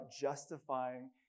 justifying